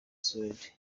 suède